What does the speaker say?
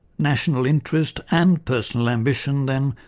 national interest and personal ambition, then,